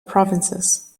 provinces